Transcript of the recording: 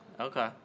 Okay